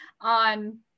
on